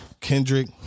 Kendrick